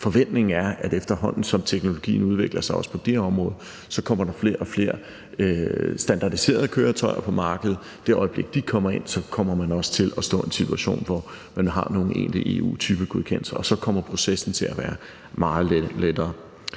Forventningen er, at efterhånden som teknologien udvikler sig på det område, kommer der flere og flere standardiserede køretøjer på markedet, og i det øjeblik de kommer ind, kommer man også til at stå i en situation, hvor man har nogle egentlige EU-typegodkendelser, og så kommer processen til at være meget lettere.